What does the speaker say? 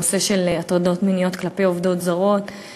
נושא של הטרדות מיניות כלפי עובדות זרות.